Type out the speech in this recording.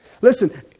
Listen